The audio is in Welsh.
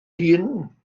hun